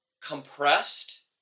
compressed